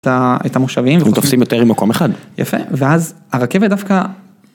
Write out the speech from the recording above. את המושבים, אתם תופסים יותר ממקום אחד, יפה ואז הרכבת דווקא.